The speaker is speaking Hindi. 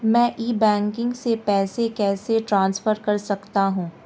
मैं ई बैंकिंग से पैसे कैसे ट्रांसफर कर सकता हूं?